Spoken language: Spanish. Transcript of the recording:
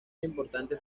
importantes